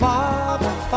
Father